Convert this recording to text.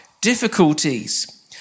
difficulties